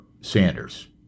Sanders